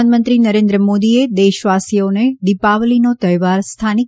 પ્રધાનમંત્રી નરે ન્દ્ર મોદીએ દેશવાસીઓને દિપાવલીનો તહેવાર સ્થાનિક